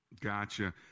Gotcha